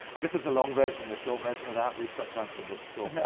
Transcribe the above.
i guess there's a long version and a short version of that. we've got time for the short